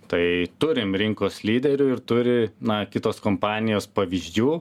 tai turim rinkos lyderių ir turi na kitos kompanijos pavyzdžių